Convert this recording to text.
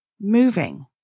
moving